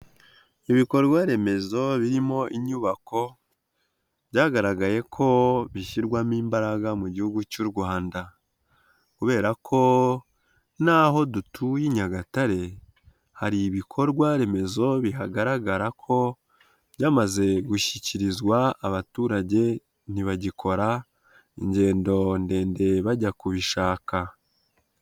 Ibikorwa remezo birimo inyubako byagaragaye ko bishyirwamo imbaraga mu gihugu cy'u Rwanda kubera ko n'aho dutuye i Nyagatare hari ibikorwa remezo bigaragara ko byamaze gushyikirizwa abaturage, ntibagikora ingendo ndende bajya kubishaka.